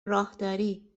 راهداری